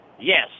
Yes